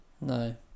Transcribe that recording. No